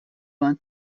vingt